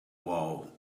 wall